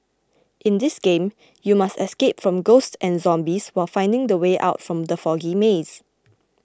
in this game you must escape from ghosts and zombies while finding the way out from the foggy maze